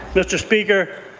mr. speaker,